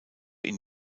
ihn